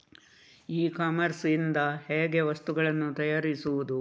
E commerce ಇಂದ ಹೇಗೆ ವಸ್ತುಗಳನ್ನು ತರಿಸುವುದು?